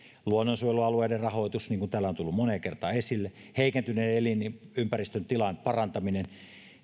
luonnonsuojelualueiden rahoitus niin kuin täällä on tullut moneen kertaan esille heikentyneen elinympäristön tilan parantaminen